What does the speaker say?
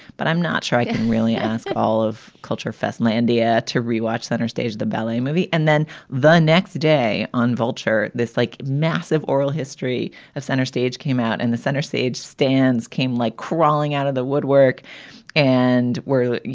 but i'm not shy like and really ask all of culture fest nalanda yeah to relaunch center stage the ballet movie. and then the next day on vulture. this, like massive oral history of center stage came out and the center stage stands came like crawling out of the woodwork and where, you